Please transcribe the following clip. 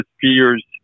fears